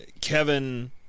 Kevin